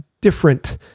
different